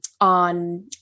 on